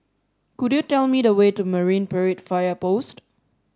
could you tell me the way to Marine Parade Fire Post